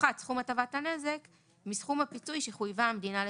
יופחת סכום הטבת הנזק מסכום הפיצוי שחויבה המדינה לשלם.